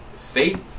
faith